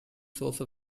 source